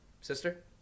Sister